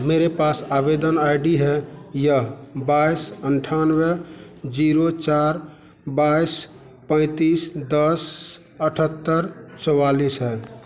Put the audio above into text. मेरे पास आवेदन आई डी है यह बाईस अट्ठानवे जीरो चार बाइस पैंतीस दस अठहत्तर चौवालीस है